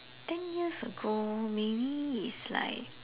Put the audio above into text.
ten years ago maybe it's like